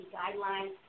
guidelines